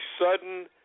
sudden